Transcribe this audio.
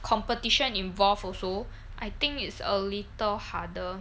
competition involved also I think it's a little harder